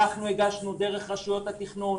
הגשנו דרך רשויות התכנון,